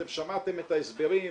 אתם שמעתם את ההסברים.